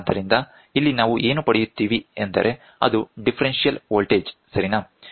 ಆದ್ದರಿಂದ ಇಲ್ಲಿ ನಾವು ಏನು ಪಡೆಯುತ್ತಿವಿ ಎಂದರೆ ಅದು ಡಿಫರೆನ್ಷಿಯಲ್ ವೋಲ್ಟೇಜ್ ಸರಿನಾ